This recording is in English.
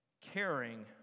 caring